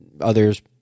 others